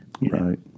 right